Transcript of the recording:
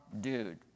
dude